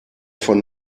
von